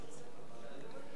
אדוני היושב-ראש,